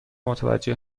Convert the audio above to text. متوجه